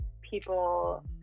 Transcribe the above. people